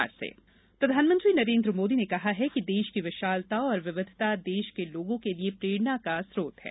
मन की बात प्रधानमंत्री नरेन्द्र मोदी ने कहा है कि देश की विशालता और विविधता देश के लोगो के लिये प्रेरणा का स्त्रोत है